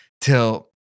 till